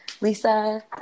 Lisa